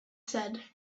said